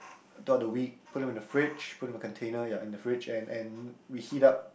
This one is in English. throughout the week put them in the fridge put them in a container ya in the fridge and and we heat up